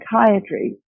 psychiatry